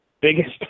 biggest